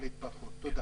תודה.